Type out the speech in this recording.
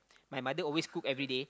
my mother always cook everyday